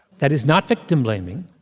that is not victim-blaming.